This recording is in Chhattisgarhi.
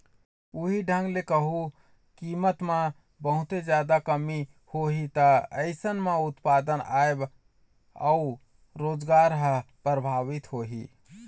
उहीं ढंग ले कहूँ कीमत म बहुते जादा कमी होही ता अइसन म उत्पादन, आय अउ रोजगार ह परभाबित होही